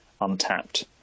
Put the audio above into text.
untapped